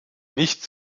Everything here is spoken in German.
nicht